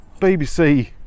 bbc